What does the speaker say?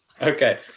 Okay